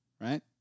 Right